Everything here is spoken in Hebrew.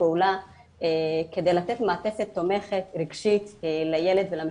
פעולה כדי לתת מעטפת תומכת רגשית לילד ולמשפחה.